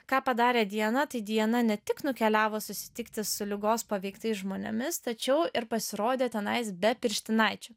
ką padarė diana tai diana ne tik nukeliavo susitikti su ligos paveiktais žmonėmis tačiau ir pasirodė tenais be pirštinaičių